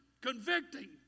convicting